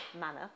manner